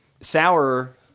sour